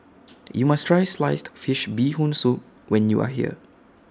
YOU must Try Sliced Fish Bee Hoon Soup when YOU Are here